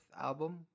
album